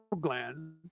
gland